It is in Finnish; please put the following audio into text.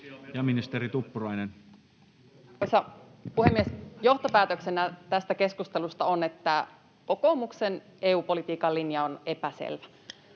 Content: Arvoisa puhemies! Johtopäätöksenä tästä keskustelusta on, että kokoomuksen EU-politiikan linja on epäselvä.